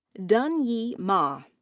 danyi ma.